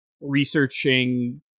researching